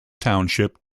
township